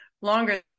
longer